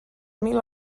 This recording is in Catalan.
mil